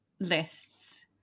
lists